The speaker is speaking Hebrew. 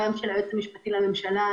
גם של היועץ המשפטי של הממשלה,